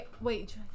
wait